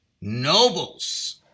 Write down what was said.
nobles